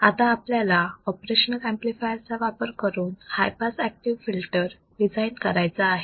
आता आपल्याला operational amplifier चा वापर करून high pass active filter design करायचा आहे